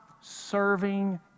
serving